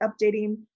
updating